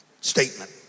statement